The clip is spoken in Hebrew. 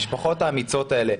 המשפחות האמיצות האלה,